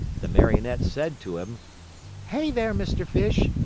the marionette said to him hey there, mr. fish,